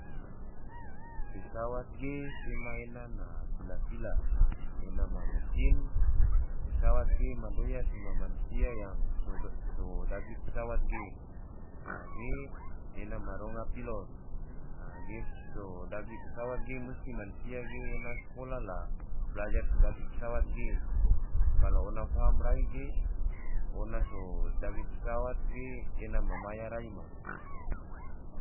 Pesawat ge sema ena na pila-pila, ena ma mesin, pesawat ge ma doya sema mansia yang so dagi pesawat ge, ge ena ma ronga pilot, a ge so dagi pesawat ge musti mansia ge ena skola la blajar so dagi pesawat ge, kalo ona faham rai ge, ona so dagi pesawat ge ena ma maya rai ma.